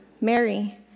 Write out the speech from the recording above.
Mary